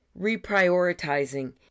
reprioritizing